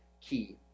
key